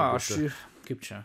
ašarų kaip čia